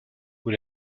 vous